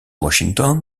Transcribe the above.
washington